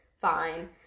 fine